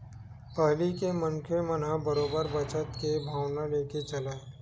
पहिली के मनखे मन ह बरोबर बचत के भावना लेके चलय